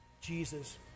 Jesus